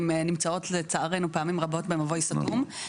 נמצאות לצערנו פעמים רבות במבוי סתום.